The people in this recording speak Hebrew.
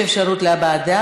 יש אפשרות לוועדה.